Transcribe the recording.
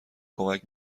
کمک